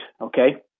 okay